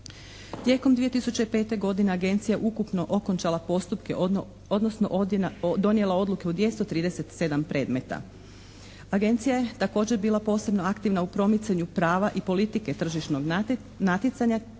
Tijekom 2005. godine Agencija je ukupno okončala postupke odnosno donijela odluke u 237 predmeta. Agencija je također bila posebno aktivna u promicanju prava i politike tržišnog natjecanja